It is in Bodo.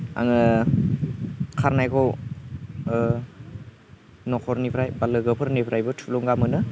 आङो खारनायखौ न'खरनिफ्राय बा लोगोफोरनिफ्रायबो थुलुंगा मोनो